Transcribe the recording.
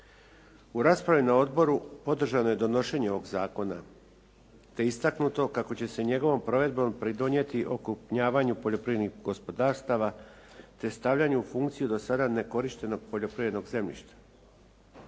U raspravi na odboru podržano je donošenje ovoga zakona te istaknuto kako će se njegovom provedbom pridonijeti okrupnjavanju poljoprivrednih gospodarstava te stavljanju u funkciju do sada nekorištenog poljoprivrednog zemljišta.